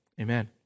amen